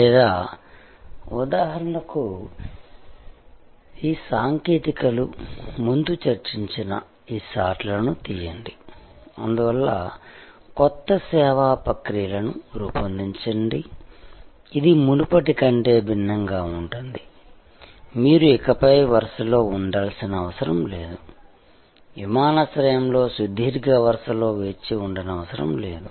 లేదా ఉదాహరణకు ఈ సాంకేతికతలు ముందు చర్చించిన ఈ షాట్లను తీయండి అందువల్ల కొత్త సేవా ప్రక్రియలను రూపొందించండి ఇది మునుపటి కంటే భిన్నంగా ఉంటుంది మీరు ఇకపై వరుసలో ఉండాల్సిన అవసరం లేదు విమానాశ్రయంలో సుదీర్ఘ వరుస లో వేచి ఉండనవసరం లేదు